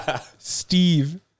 Steve